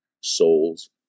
souls